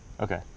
Okay